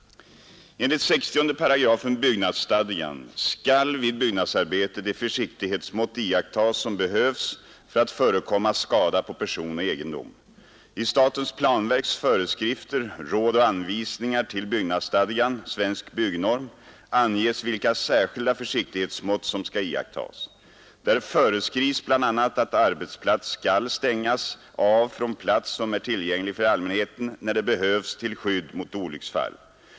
Enligt 60 § byggnadsstadgan skall vid byggnadsarbete de försiktighetsmått iakttas, som behövs för att förekomma skada på person och egendom. I statens planverks föreskrifter, råd och anvisningar till byggnadsstadgan anges vilka särskilda försiktighetsmått som skall iakttas. Där föreskrivs bl.a. att arbetsplats skall stängas av från plats som är tillgänglig för allmänheten, när det behövs till skydd mot olycksfall.